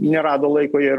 nerado laiko jie ir